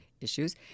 issues